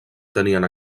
tenien